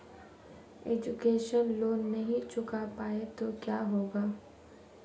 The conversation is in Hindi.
एजुकेशन लोंन नहीं चुका पाए तो क्या होगा?